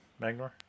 Magnor